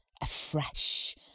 afresh